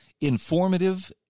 informative